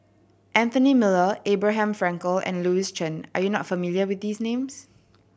Anthony Miller Abraham Frankel and Louis Chen are you not familiar with these names